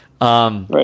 right